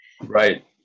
right